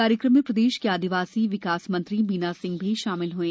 कार्यक्रम में प्रदेश की आदिवासी विकास मंत्री मीना सिंह भी शामिल हुई